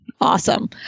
Awesome